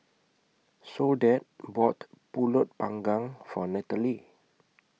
Soledad bought Pulut Panggang For Natalee